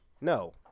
no